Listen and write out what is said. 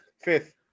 Fifth